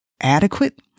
adequate